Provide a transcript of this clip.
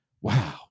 wow